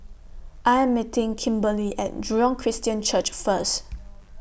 I Am meeting Kimberlie At Jurong Christian Church First